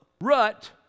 rut